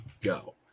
go